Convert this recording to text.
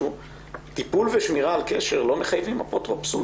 טיפול ושמירה על קשר לא מחייבים אפוטרופסות